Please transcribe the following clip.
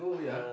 yeah